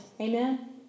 amen